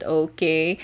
okay